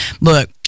Look